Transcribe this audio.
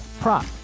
prop